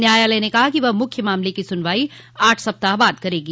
न्यायालय ने कहा कि वह मुख्य मामले की सुनवाई आठ सप्ताह बाद करेगी